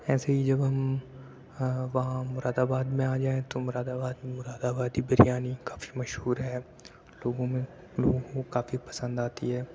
ایسے ہی جب ہم وہاں مُراد آباد میں آ جائیں تو مُراد آباد مُراد آبادی بریانی کافی مشہور ہے لوگوں میں لوگوں کو کافی پسند آتی ہے